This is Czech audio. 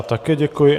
Také děkuji.